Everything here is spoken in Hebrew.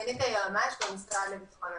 סגנית היועמ"ש במשרד לביטחון הפנים.